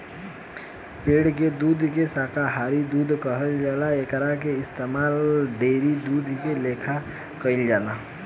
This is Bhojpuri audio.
पेड़ के दूध के शाकाहारी दूध कहल जाला एकरा के इस्तमाल डेयरी दूध के लेखा कईल जाला